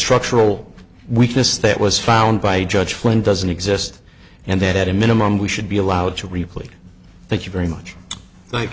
structural weakness that was found by a judge when doesn't exist and that at a minimum we should be allowed to replace thank you very much